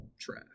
trash